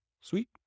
Sweet